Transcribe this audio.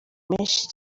menshi